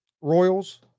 Royals